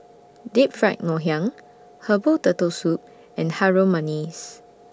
Deep Fried Ngoh Hiang Herbal Turtle Soup and Harum Manis